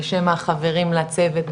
בשם החברים לצוות,